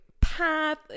path